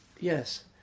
Yes